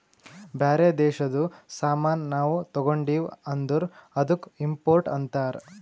ಬ್ಯಾರೆ ದೇಶದು ಸಾಮಾನ್ ನಾವು ತಗೊಂಡಿವ್ ಅಂದುರ್ ಅದ್ದುಕ ಇಂಪೋರ್ಟ್ ಅಂತಾರ್